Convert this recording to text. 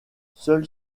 seul